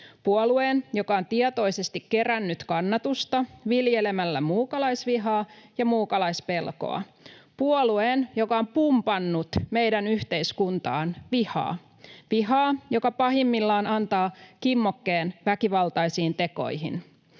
puolueen, joka on tietoisesti kerännyt kannatusta viljelemällä muukalaisvihaa ja muukalaispelkoa, puolueen, joka on pumpannut meidän yhteiskuntaan vihaa — vihaa, joka pahimmillaan antaa kimmokkeen väkivaltaisiin tekoihin.